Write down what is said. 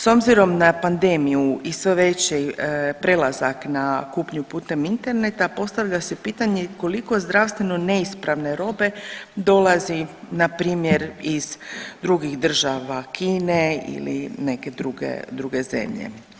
S obzirom na panedemiju i sve veći prelazak na putnju putem interneta, postavlja se pitanje koliko zdravstveno neispravne robe dolazi npr. iz drugih država Kine ili neke druge zemlje?